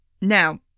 Now